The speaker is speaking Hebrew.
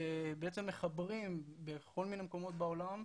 ובעצם מחברים בכל מיני מקומות בעולם,